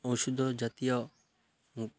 ଔଷଧ ଜାତୀୟ